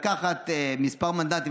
לקחת כמה מנדטים,